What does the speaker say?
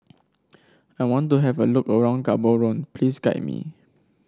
I want to have a look around Gaborone please guide me